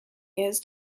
years